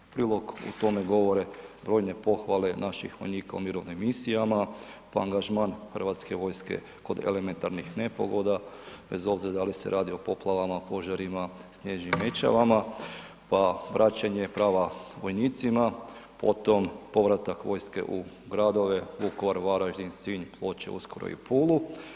Prilog u tome govore brojne pohvale naših vojnika u mirovnim misijama pa angažman hrvatske vojske kod elementarnih nepogoda bez obzira da li se radi o poplavama, požarima, snježnim mećavama pa vraćanje prava vojnicima, potom povratak vojske u gradove, Vukovar, Varaždin, Sinj, Ploče, uskoro i u Pulu.